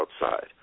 outside